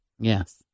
Yes